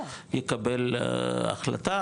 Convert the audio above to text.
יקבל החלטה,